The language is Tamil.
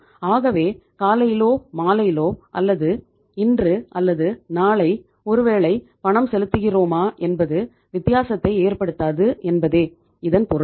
ஆகவே காலையிலோ மாலையிலோ அல்லது இன்று அல்லது நாளை ஒருவேளை பணம் செலுத்துகிறோமா என்பது வித்தியாசத்தை ஏற்படுத்தாது என்பதே இதன் பொருள்